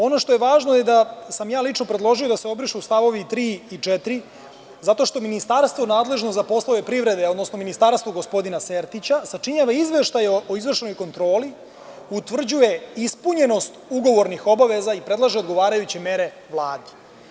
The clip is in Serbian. Ono što je važno je da sam ja lično predložio da se obrišu stavovi 3. i 4, zato što ministarstvo nadležno za poslove privrede, odnosno ministarstvo gospodina Sertića sačinjava izveštaje o izvršenoj kontroli, utvrđuje ispunjenost ugovornih obaveza i predlaže odgovarajuće mere Vladi.